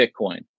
Bitcoin